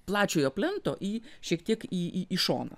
plačiojo plento į šiek tiek į į į šoną